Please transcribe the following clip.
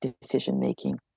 decision-making